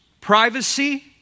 privacy